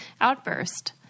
outburst